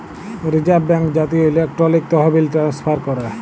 reserve bank জাতীয় electronic তহবিল transfer ক্যরে